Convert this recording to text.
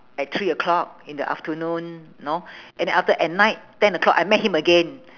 at three o'clock in the afternoon you know and after at night ten o'clock I met him again